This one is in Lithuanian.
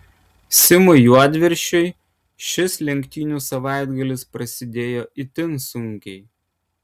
simui juodviršiui šis lenktynių savaitgalis prasidėjo itin sunkiai